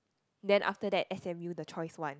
then after that s_m_u the choice one